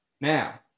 Now